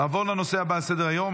30 בעד, 53 נגד.